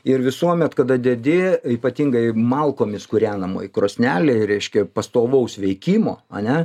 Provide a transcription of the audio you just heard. ir visuomet kada dedi ypatingai malkomis kūrenamoj krosnelėj reiškia pastovaus veikimo ane